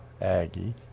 Aggie